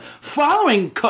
following